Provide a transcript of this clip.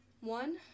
One